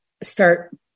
start